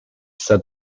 said